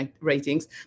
ratings